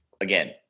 again